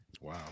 Wow